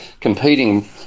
competing